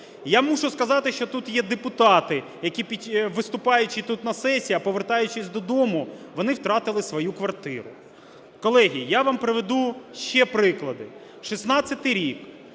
Я мушу сказати, що тут є депутати, які, виступаючи тут на сесії, а повертаючись додому вони втратили свою квартиру. Колеги, я вам приведу ще приклади. 2016 рік.